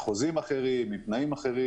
חוזים אחרים עם תנאים אחרים.